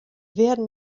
werden